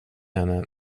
henne